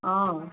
অঁ